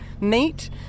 meet